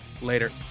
later